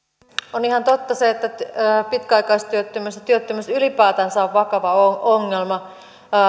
on ihan totta se että pitkäaikaistyöttömyys ja työttömyys ylipäätänsä on vakava ongelma